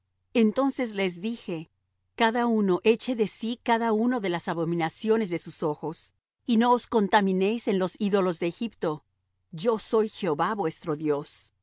entonces les dije cada uno eche de sí cada uno de las abominaciones de sus ojos y no os contaminéis en los ídolos de egipto yo soy jehová vuestro dios